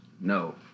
No